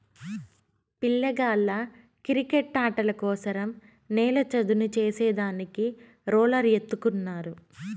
పిల్లగాళ్ళ కిరికెట్టాటల కోసరం నేల చదును చేసే దానికి రోలర్ ఎత్తుకున్నారు